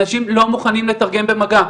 אנשים לא מוכנים לתרגם במגע.